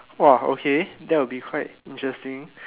!wah! okay that will be quite interesting